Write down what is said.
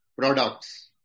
products